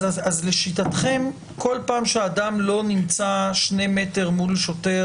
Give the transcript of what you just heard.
לשיטתכם כל פעם שאדם לא נמצא שני מטרים מול שוטר,